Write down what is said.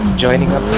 joining a